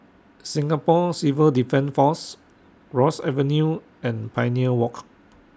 Singapore Civil Defence Force Ross Avenue and Pioneer Walk